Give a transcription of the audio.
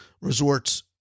resorts